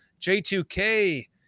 J2K